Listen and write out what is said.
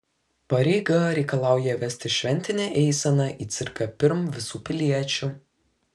pareiga reikalauja vesti šventinę eiseną į cirką pirm visų piliečių